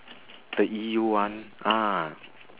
the E_U one ah